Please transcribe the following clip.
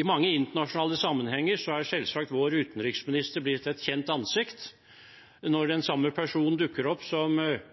I mange internasjonale sammenhenger er selvsagt vår utenriksminister blitt et kjent ansikt. Når den samme personen dukker opp som